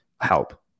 help